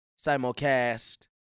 simulcast